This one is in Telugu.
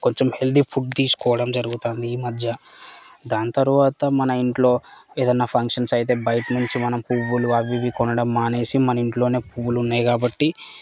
కొంచెం హెల్దీ ఫుడ్ తీసుకోడం జరుగుతుంది ఈ మధ్య దాని తర్వాత మన ఇంట్లో ఏదయినా ఫంక్షన్స్ అయితే బయటనించి మనం పువ్వులు అవివీ కొనడం మానేసి మనింట్లోనే పువ్వులున్నాయి కాబట్టి